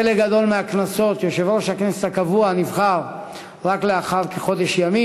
בחלק גדול מהכנסות יושב-ראש הכנסת הקבוע נבחר רק לאחר כחודש ימים,